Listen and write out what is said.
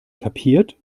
kapiert